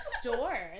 store